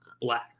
Black